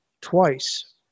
twice